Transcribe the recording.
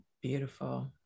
beautiful